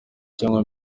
cyangwa